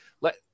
let